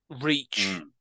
reach